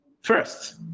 first